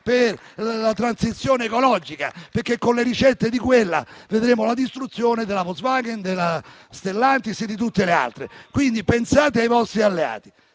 per la transizione ecologica, perché con quelle ricette vedremmo la distruzione della Volkswagen, della Stellantis e di tutte le altre. Quindi pensate ai vostri alleati.